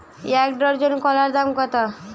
এক ডজন কলার দাম কত?